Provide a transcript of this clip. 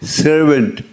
servant